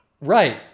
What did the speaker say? Right